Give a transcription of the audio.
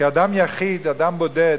כי אדם יחיד, אדם בודד,